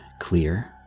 clear